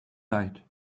night